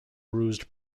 bruised